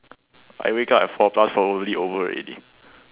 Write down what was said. I wake up at four plus probably over already